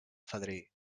fadrí